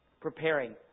Preparing